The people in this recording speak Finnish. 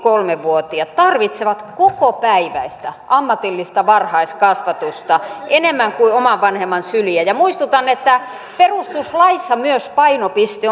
kolme vuotiaat tarvitsevat kokopäiväistä ammatillista varhaiskasvatusta enemmän kuin oman vanhemman syliä ja muistutan että myös perustuslaissa painopiste